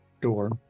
door